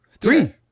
Three